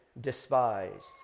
despised